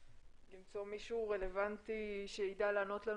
למצוא מישהו רלוונטי שיידע לענות לנו.